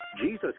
Jesus